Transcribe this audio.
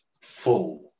full